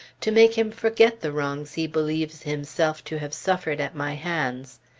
to make him forget the wrongs he believes himself to have suffered at my hands.